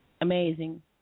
amazing